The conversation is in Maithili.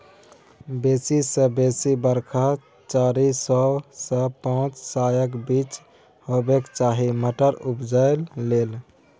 बेसी सँ बेसी बरखा चारि सय सँ पाँच सयक बीच हेबाक चाही मटर उपजाबै लेल